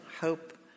hope